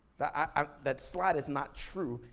that ah that slide is not true,